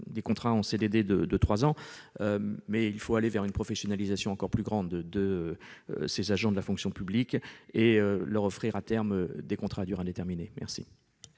de trois ans a permis des progrès, mais il faut aller vers une professionnalisation encore plus grande de ces agents de la fonction publique et leur offrir, à terme, des contrats à durée indéterminée.